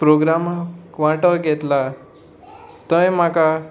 प्रोग्रामाक वांटो घेतला थंय म्हाका